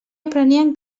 aprenien